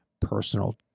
personal